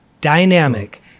dynamic